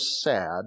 sad